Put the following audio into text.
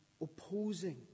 opposing